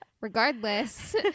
regardless